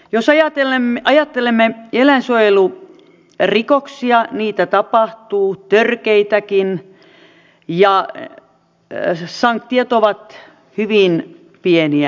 jos ajattelemme eläinsuojelurikoksia niin niitä tapahtuu törkeitäkin ja sanktiot ovat hyvin pieniä